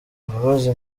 mbabazi